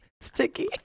Sticky